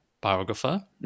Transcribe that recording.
biographer